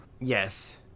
yes